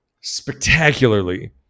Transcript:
spectacularly